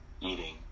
eating